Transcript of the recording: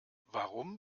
warum